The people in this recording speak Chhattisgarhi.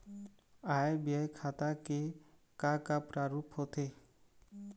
आय व्यय खाता के का का प्रारूप होथे?